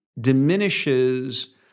diminishes